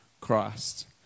Christ